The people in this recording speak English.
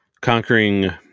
Conquering